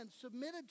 submitted